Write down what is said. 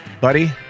buddy